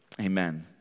Amen